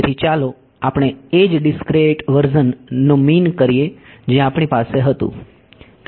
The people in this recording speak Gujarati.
તેથી ચાલો આપણે એ જ ડીસ્ક્રિએટ વર્ઝન નો મીન કરીએ જે આપણી પાસે હતું